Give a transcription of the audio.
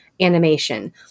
animation